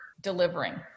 delivering